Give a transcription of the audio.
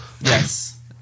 yes